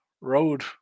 road